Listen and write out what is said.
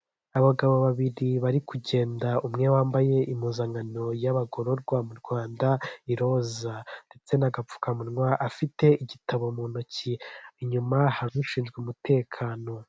Abagabo babiri bari kugenda umwe wambaye impuzankano y'abagororwa mu rwanda i roza, ndetse n'agapfukamunwa afite igitabo mu ntoki inyuma hari abashinzwe umutekano.